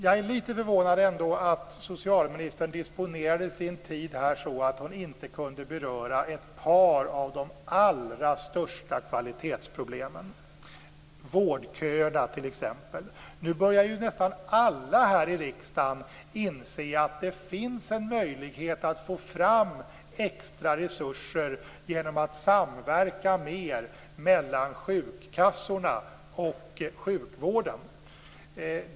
Jag är litet förvånad över att socialministern disponerade sin tid här så att hon inte kunde beröra ett par av de allra största kvalitetsproblemen, t.ex. vårdköerna. Nu börjar ju nästan alla här i riksdagen inse att det finns en möjlighet att få fram extra resurser genom en större samverkan mellan sjukkassorna och sjukvården.